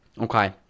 okay